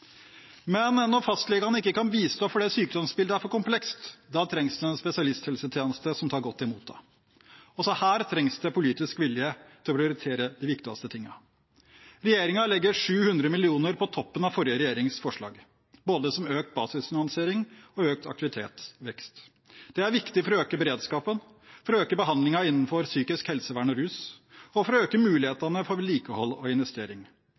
Men når fastlegene ikke kan bistå fordi sykdomsbildet er for komplekst, trengs det en spesialisthelsetjeneste som tar godt imot en. Også her trengs det politisk vilje til å prioritere de viktigste tingene. Regjeringen legger 700 mill. kr på toppen av forrige regjerings forslag, både som økt basisfinansiering og økt aktivitetsvekst. Det er viktig for å øke beredskapen, for å øke behandlingen innen psykisk helsevern og rus og for å øke mulighetene for vedlikehold og